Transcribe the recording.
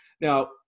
Now